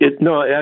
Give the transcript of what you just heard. No